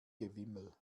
gewimmel